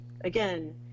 again